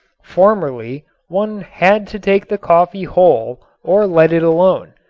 formerly one had to take the coffee whole or let it alone.